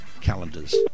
calendars